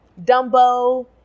Dumbo